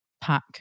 pack